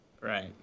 right